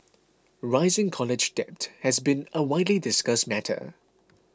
rising college debt has been a widely discussed matter